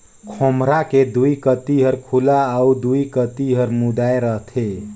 खोम्हरा के दुई कती हर खुल्ला अउ दुई कती हर मुदाए रहथे